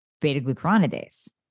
beta-glucuronidase